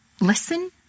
listen